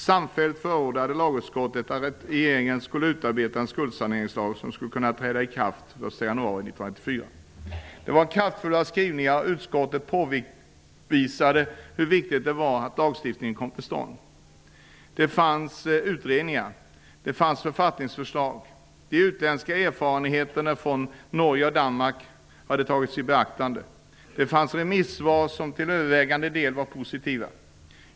Samfällt förordade lagutskottet att regeringen skulle utarbeta en skuldsaneringslag som kunde träda i kraft den 1 januari 1994. Det var med kraftfulla skrivningar som utskottet påvisade hur viktigt det var att lagstiftningen kom till stånd. Vidare fanns det utredningar. Det fanns författningsförslag. De utländska erfarenheterna från Norge och Danmark hade tagits i beaktande. Det fanns remissvar som till övervägande delen var positiva.